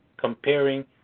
comparing